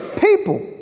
People